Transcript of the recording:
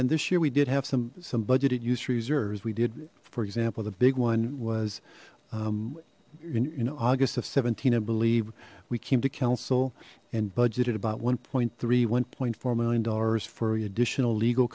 then this year we did have some some budgeted use reserves we did for example the big one was you know august of seventeen i believe we came to council and budgeted about one three one point four million dollars for additional legal